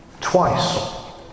Twice